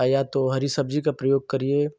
या तो हरी सब्ज़ी का प्रयोग करिए